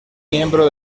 miembro